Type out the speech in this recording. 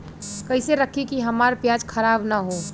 कइसे रखी कि हमार प्याज खराब न हो?